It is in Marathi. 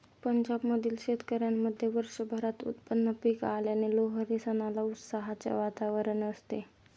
पंजाब मधील शेतकऱ्यांमध्ये वर्षभरात उत्तम पीक आल्याने लोहरी सणाला उत्साहाचे वातावरण असते